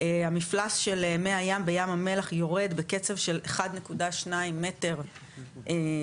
המפלס של מי הים בים המלח יורד בקצב של 1.2 מטר בשנה,